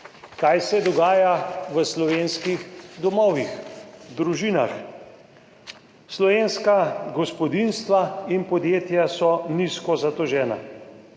Kaj se dogaja v slovenskih domovih, družinah? Slovenska gospodinjstva in podjetja so nizko zadolžena,